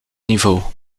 niveau